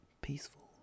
peaceful